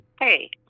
hey